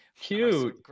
Cute